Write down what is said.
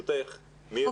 מירי, תשובה.